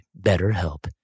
BetterHelp